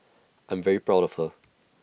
I'm very proud of her